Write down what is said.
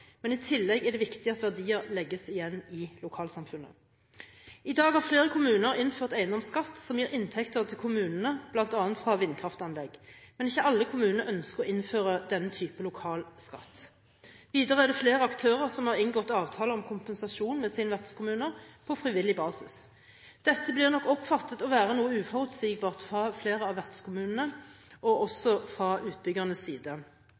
men i tillegg er det viktig at verdier legges igjen i lokalsamfunnet. I dag har flere kommuner innført eiendomsskatt som gir inntekter til kommunene bl.a. annet fra vindkraftanlegg, men ikke alle kommuner ønsker å innføre denne typen lokal skatt. Videre er det flere aktører som har inngått avtaler om kompensasjon med sine vertskommuner på frivillig basis. Dette blir nok oppfattet å være noe uforutsigbart av flere av vertskommunene, også fra utbyggernes side.